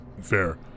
Fair